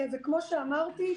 כמו שאמרתי,